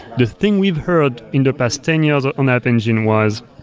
the thing we've heard in the past ten years on app engine was